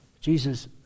Jesus